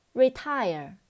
retire